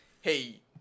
hey